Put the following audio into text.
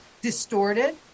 distorted